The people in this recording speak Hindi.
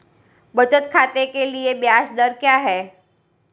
बचत खाते के लिए ब्याज दर क्या है?